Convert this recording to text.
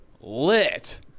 lit